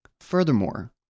Furthermore